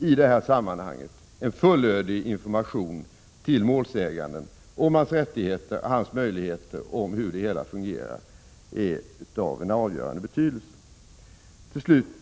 I detta sammanhang är en fullödig information till målsäganden om hans rättigheter och om hur det hela fungerar av avgörande betydelse.